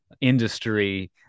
industry